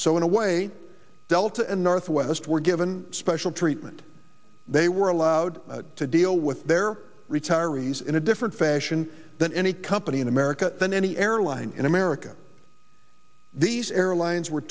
so in a way delta and north of most were given special treatment they were allowed to deal with their retirees in a different fashion than any company in america than any airline in america these airlines were